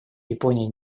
японии